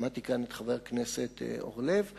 שמעתי כאן את חבר הכנסת אורלב אומר,